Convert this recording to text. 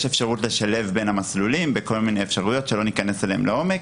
יש אפשרות לשלב בין המסלולים בכל מיני אפשרויות שלא ניכנס אליהן לעומק.